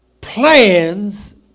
plans